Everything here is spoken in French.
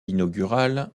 inaugural